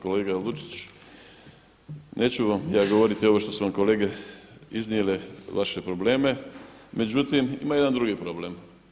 Kolega Lučić neću vam ja govoriti ovo što su vam kolege iznijele vaše probleme, međutim ima jedan drugi problem.